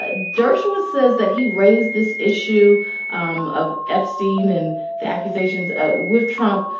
ah dershowitz says that he raised this issue um of epstein and the accusations ah with trump,